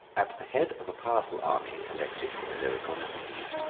at the head of a powerful army, collected from illyricum and the east,